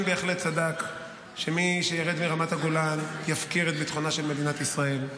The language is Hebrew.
בהחלט צדק שמי שירד מרמת הגולן יפקיר את ביטחונה של מדינת ישראל,